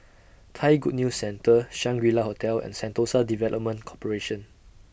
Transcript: Thai Good News Centre Shangri La Hotel and Sentosa Development Corporation